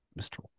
Mr